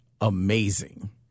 amazing